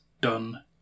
done